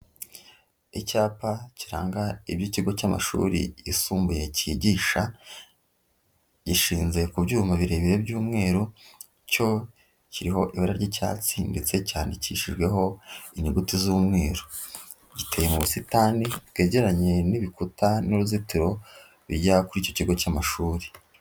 Icyapa kiranga iby'ikigo cy'amashuri yisumbuye kigisha, gishinze ku byuma birebire by'umweru, cyo kiriho ry'icyatsi ndetse cyanikishijweho inyuguti z'umweru, giteye mu busitani bwegeranye n'ibikuta n'uruzitiro bijya kuri icyo kigo cy'amashuri.